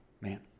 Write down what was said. man